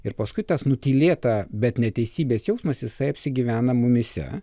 ir paskui tas nutylėta bet neteisybės jausmas jisai apsigyvena mumyse